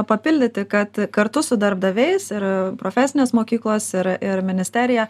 papildyti kad kartu su darbdaviais ir profesinės mokyklos ir ir ministerija